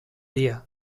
dia